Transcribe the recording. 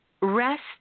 rest